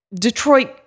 Detroit